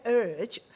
urge